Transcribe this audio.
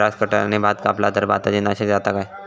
Grass कटराने भात कपला तर भाताची नाशादी जाता काय?